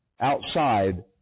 outside